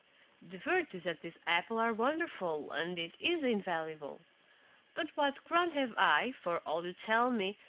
the virtues of this apple are wonderful, and it is invaluable but what ground have i, for all you tell me,